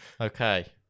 Okay